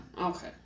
Okay